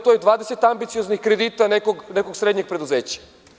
To je 20 ambicioznih kredita nekog srednjeg preduzeća.